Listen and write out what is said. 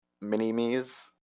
mini-me's